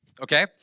okay